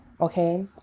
okay